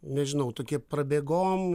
nežinau tokie prabėgom